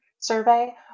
survey